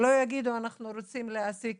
שלא יגידו אנחנו רוצים להעסיק